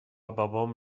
بابام